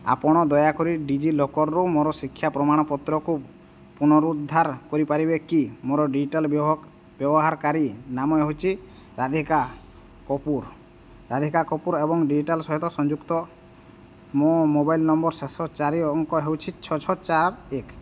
ଆପଣ ଦୟାକରି ଡି ଜି ଲକର୍ରୁ ମୋର ଶିକ୍ଷା ପ୍ରମାଣପତ୍ରକୁ ପୁନରୁଦ୍ଧାର କରିପାରିବେ କି ମୋର ଡିଟେଲ୍ ବ୍ୟହ ବ୍ୟବହାର କାରୀ ନାମ ହେଉଛି ରାଧିକା କପୁର ରାଧିକା କପୁର ଏବଂ ଡିଜିଟାଲ୍ ସହିତ ସଂଯୁକ୍ତ ମୋ ମୋବାଇଲ୍ ନମ୍ବର୍ ଶେଷ ଚାରି ଅଙ୍କ ହେଉଚି ଛଅ ଛଅ ଚାର ଏକ